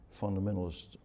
fundamentalists